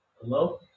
Hello